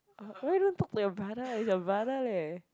why don't talk to your brother he's your brother leh